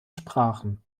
sprachen